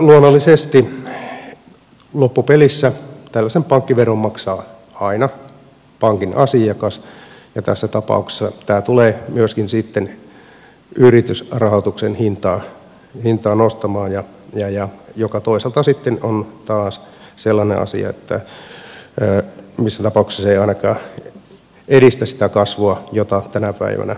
luonnollisesti loppupelissä tällaisen pankkiveron maksaa aina pankin asiakas ja tässä tapauksessa tämä tulee myöskin sitten yritysrahoituksen hintaa nostamaan mikä toisaalta sitten on taas sellainen asia että missään tapauksessa se ei ainakaan edistä sitä kasvua jota tänä päivänä pitäisi tehdä